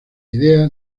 idea